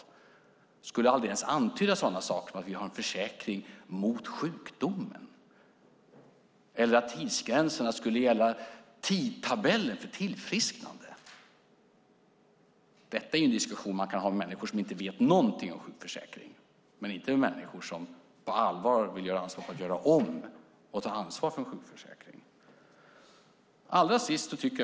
De skulle aldrig ens antyda sådana saker som att vi har en försäkring mot sjukdom eller att tidsgränserna skulle gälla tidtabeller för tillfrisknande. Detta är en diskussion man kan ha med människor som inte vet någonting om sjukförsäkring, men inte med människor som på allvar vill göra anspråk på att göra om och ta ansvar för en sjukförsäkring.